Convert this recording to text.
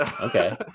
Okay